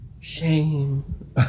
shame